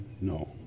No